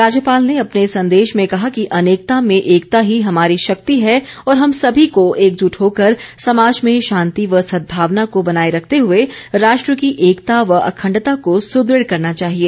राज्यपाल ने अपने संदेश में कहा कि अनेकता में एकता ही हमारी शक्ति है और हम सभी को एकजूट होकर समाज में शांति व सदभावन को बनाए रखते हुए राष्ट्र की एकता व अखंडता को सुदृढ़ करना चाहिए